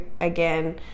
again